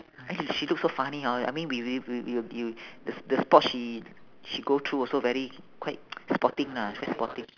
!aiyo! she look so funny hor I mean we we we you you the the sport she she go through also very quite sporting lah quite sporting